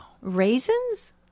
Raisins